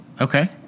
Okay